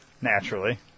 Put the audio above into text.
Naturally